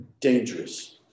Dangerous